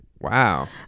Wow